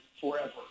forever